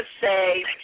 say